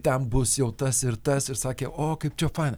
ten bus jau tas ir tas ir sakė o kaip čia faina